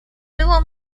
było